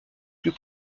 plus